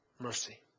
mercy